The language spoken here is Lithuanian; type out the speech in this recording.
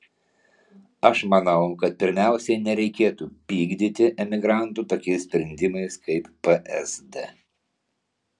aš manau kad pirmiausia nereikėtų pykdyti emigrantų tokiais sprendimais kaip psd